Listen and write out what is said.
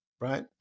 right